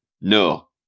No